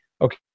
okay